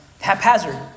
haphazard